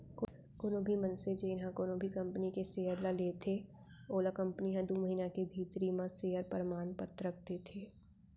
कोनो भी मनसे जेन ह कोनो भी कंपनी के सेयर ल लेथे ओला कंपनी ह दू महिना के भीतरी म सेयर परमान पतरक देथे